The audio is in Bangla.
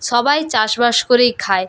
সবাই চাষবাস করেই খায়